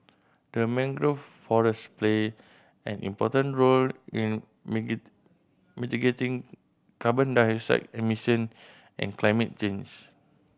the mangrove forests play an important role in mitigating carbon dioxide emission and climate change